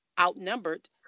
outnumbered